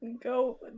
go